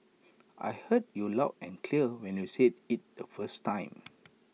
I heard you loud and clear when you said IT the first time